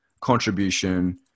contribution